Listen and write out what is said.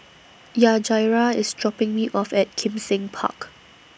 Yajaira IS dropping Me off At Kim Seng Park